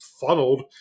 funneled